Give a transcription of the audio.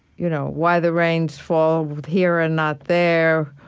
you know why the rains fall here and not there,